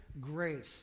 grace